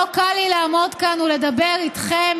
לא קל לי לעמוד כאן ולדבר איתכם,